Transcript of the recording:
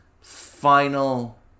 final